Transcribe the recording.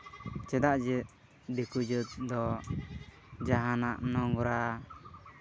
ᱪᱮᱫᱟᱜ ᱡᱮ ᱫᱤᱠᱩ ᱡᱟᱹᱛ ᱫᱚ ᱡᱟᱦᱟᱱᱟᱜ ᱱᱳᱝᱨᱟ